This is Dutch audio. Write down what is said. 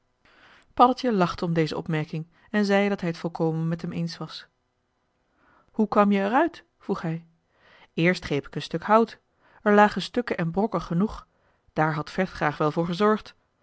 paddeltje lachte om deze opmerking en zei dat hij t volkomen met hem eens was hoe kwam je er uit vroeg hij eerst greep ik een stuk hout er lagen stukken en brokken genoeg daar had vechtgraag wel voor gezorgd